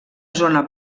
zona